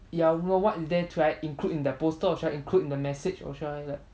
ya like no what is there should I include in that poster or should I include in the message or should I like